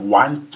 one